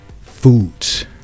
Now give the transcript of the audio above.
foods